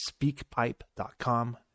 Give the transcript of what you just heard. speakpipe.com